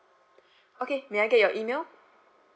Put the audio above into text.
okay may I get your email